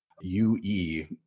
UE